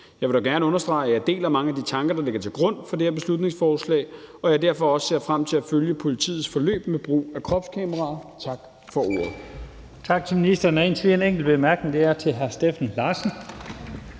Jeg vil dog gerne understrege, at jeg deler mange af de tanker, der ligger til grund for det her beslutningsforslag, og at jeg derfor også ser frem til at følge politiets forløb med brugen af kropskameraer. Tak for ordet.